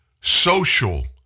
social